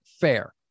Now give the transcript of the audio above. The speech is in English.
fair